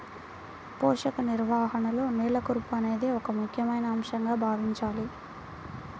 పోషక నిర్వహణలో నేల కూర్పు అనేది ఒక ముఖ్యమైన అంశంగా భావించాలి